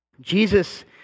Jesus